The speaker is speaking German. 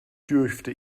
dürfte